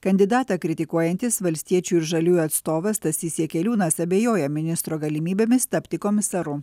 kandidatą kritikuojantys valstiečių ir žaliųjų atstovas stasys jakeliūnas abejoja ministro galimybėmis tapti komisaru